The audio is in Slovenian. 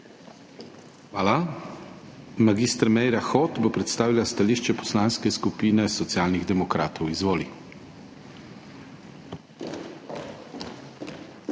Hvala. Mag. Meira Hot bo predstavila stališče Poslanske skupine Socialnih demokratov. Izvoli.